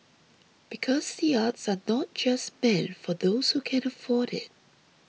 because the arts are not just meant for those who can afford it